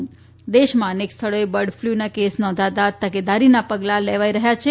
ે દેશમાં અનેક સ્થળોએ બર્ડફ્લુના કેસ નોંધાતા તકેદારીના પગલાં લેવાઇ રહ્યા છે